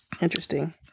interesting